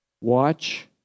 Watch